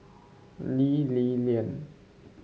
Lee Li Lian